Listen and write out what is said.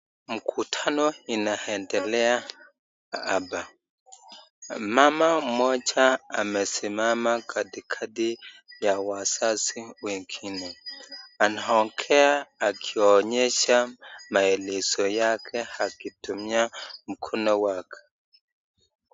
Mkutano inaendelea hapa mama mmoja amesimama katikati ya wazazi wengine, anaongea akionyesha maelezo yake akitumia mkono wake.